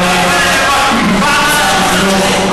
אדוני היושב-ראש,